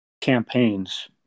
campaigns